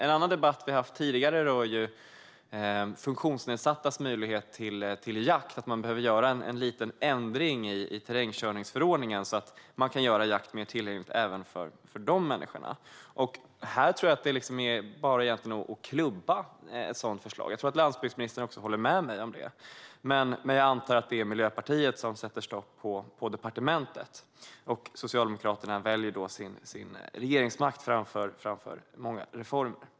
En annan debatt som vi har haft tidigare rör funktionsnedsattas möjlighet till jakt; man behöver göra en liten ändring i terrängkörningsförordningen så att man kan göra jakt mer tillgängligt även för dessa människor. Jag tror att det egentligen bara är att klubba igenom ett sådant förslag, och jag tror att landsbygdsministern också håller med mig om det. Men jag antar att det är Miljöpartiet som sätter stopp på departementet, och Socialdemokraterna väljer då sin regeringsmakt framför många reformer.